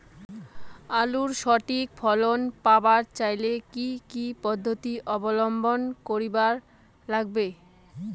আলুর সঠিক ফলন পাবার চাইলে কি কি পদ্ধতি অবলম্বন করিবার লাগবে?